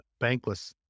Bankless